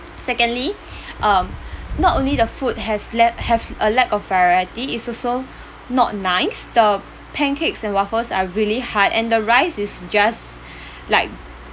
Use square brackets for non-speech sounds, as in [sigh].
secondly [breath] um not only the food has lack have a lack of variety it's also not nice the pancakes and waffles are really hard and the rice is just [breath] like